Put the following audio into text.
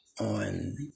on